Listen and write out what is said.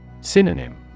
Synonym